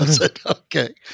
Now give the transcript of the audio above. Okay